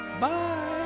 Bye